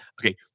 Okay